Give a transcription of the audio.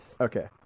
Okay